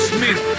Smith